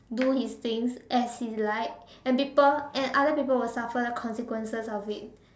do his things as he like and people and other people will suffer the consequences of it